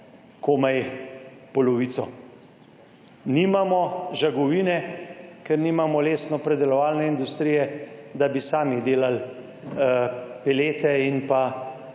komaj polovico. Nimamo žagovine, ker nimamo lesnopredelovalne industrije, da bi sami delali pelete in